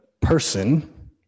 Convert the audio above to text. person